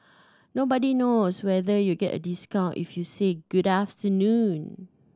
nobody knows whether you'll get a discount if you say Good afternoon